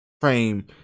frame